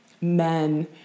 men